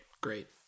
great